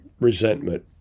resentment